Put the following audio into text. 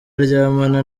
aryamana